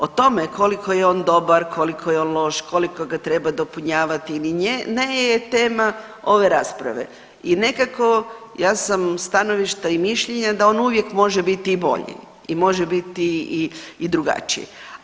O tome koliko je on dobar, koliko je loš, koliko ga treba dopunjavati ili ne je tema ove rasprave i nekako ja sam stanovišta i mišljenja da on uvijek može biti i bolji i može biti i drugačiji.